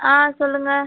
ஆ சொல்லுங்கள்